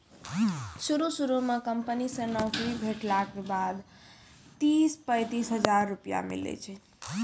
शुरू शुरू म कंपनी से नौकरी भेटला के बाद तीस पैंतीस हजार रुपिया मिलै छै